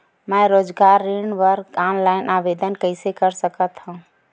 मैं रोजगार ऋण बर ऑनलाइन आवेदन कइसे कर सकथव?